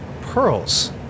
pearls